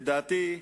לדעתי,